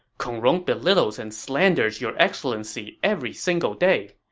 kong rong belittles and slanders your excellency every single day.